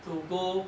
to go